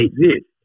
exist